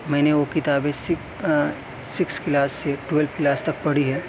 میں نے وہ کتابیں سکس کلاس سے ٹویلو کلاس تک پڑھی ہے